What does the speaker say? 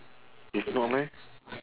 if not leh